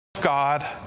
God